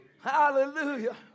Hallelujah